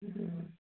हूँ